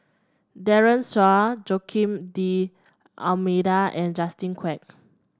Daren Shiau Joaquim D'Almeida and Justin Quek